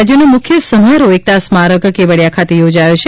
રાજયનો મુખ્ય સમારોહ એકતા સ્મારક કેવડીયા ખાતે યોજાયો છે